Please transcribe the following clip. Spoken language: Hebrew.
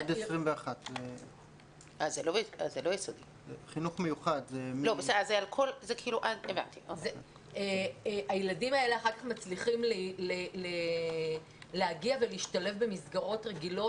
עד 21. הילדים האלה אחר כך מצליחים להגיע ולהשתלב במסגרות רגילות,